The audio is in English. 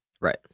right